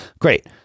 great